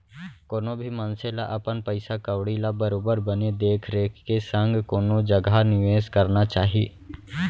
कोनो भी मनसे ल अपन पइसा कउड़ी ल बरोबर बने देख रेख के संग कोनो जघा निवेस करना चाही